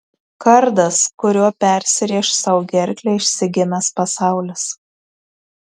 kardas kuriuo persirėš sau gerklę išsigimęs pasaulis